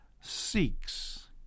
seeks